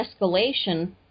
escalation